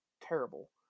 terrible